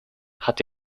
hat